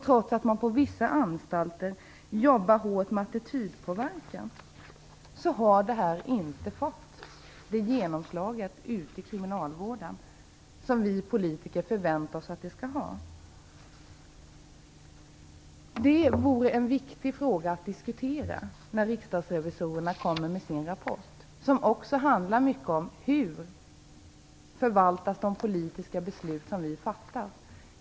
Trots att man på vissa anstalter jobbar hårt med attitydpåverkan har detta inte fått det genomslag ute i kriminalvården som vi politiker förväntat oss. Det vore en viktig fråga att diskutera nu när riksdagsrevisorerna kommer med sin rapport, vilken också handlar om hur de politiska beslut förvaltas som vi fattar.